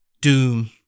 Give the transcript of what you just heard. Doom